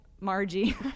margie